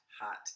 hot